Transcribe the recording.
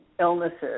illnesses